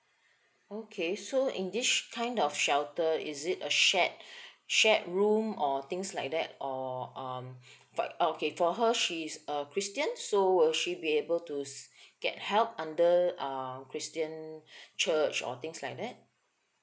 okay so in this kind of shelter is it a shared shared room or things like that or uh but okay for her she's a christian so will she be able to get help under uh christian church or things like that